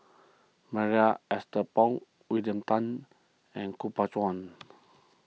Marie Ethel Bong William Tan and Kuo Pao